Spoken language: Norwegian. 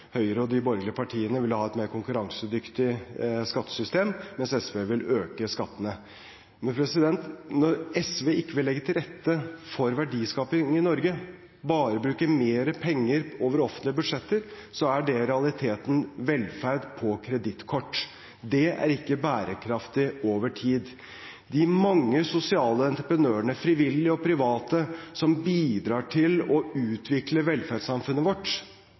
Høyre og de borgerlige partiene vil ha et mer konkurransedyktig skattesystem, mens SV vil øke skattene. Men når SV ikke vil legge til rette for verdiskaping i Norge, men bare vil bruke mer penger over offentlige budsjetter, er det i realiteten velferd på kredittkort. Det er ikke bærekraftig over tid. De mange sosiale entreprenørene, frivillige og private, som bidrar til å utvikle velferdssamfunnet vårt,